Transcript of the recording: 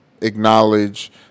acknowledge